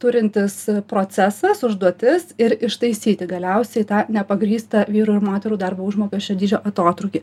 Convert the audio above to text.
turintis procesas užduotis ir ištaisyti galiausiai tą nepagrįstą vyrų ir moterų darbo užmokesčio dydžio atotrūkį